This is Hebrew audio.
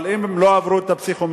אבל אם הם לא עברו את הפסיכומטרי,